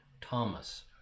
Thomas